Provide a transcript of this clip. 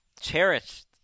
cherished –